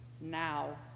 now